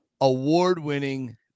award-winning